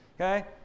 okay